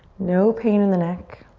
no pain in the neck.